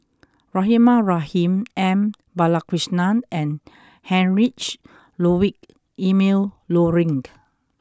Rahimah Rahim M Balakrishnan and Heinrich Ludwig Emil Luering